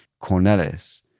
Cornelis